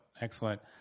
Excellent